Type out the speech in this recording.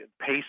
pace